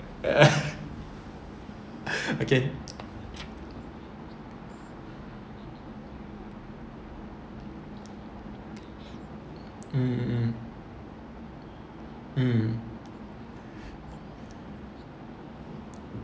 okay mm mm mm